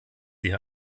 sie